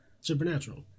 Supernatural